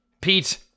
Pete –